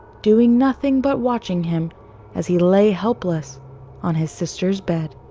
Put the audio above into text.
doing nothing but watching him as he lay helpless on his sister's bed.